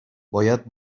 باید